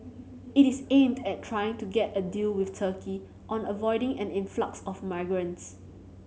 it is aimed at trying to get a deal with Turkey on avoiding an influx of migrants